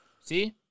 See